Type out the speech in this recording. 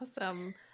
Awesome